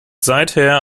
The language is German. seither